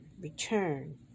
return